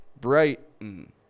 Brighten